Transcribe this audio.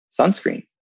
sunscreen